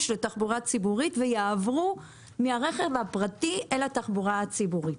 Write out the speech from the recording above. בתחבורה ציבורית ויעברו מרכב הפרטי אל התחבורה הציבורית.